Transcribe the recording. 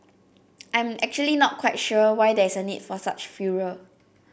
I'm actually not quite sure why there's a need for such furor